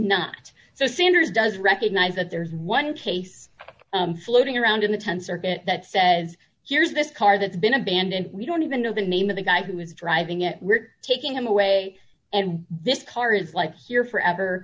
not so sanders does recognize that there's one case floating around in the th circuit that says here's this car that's been abandoned we don't even know the name of the guy who was driving at we're taking him away and this car is like here forever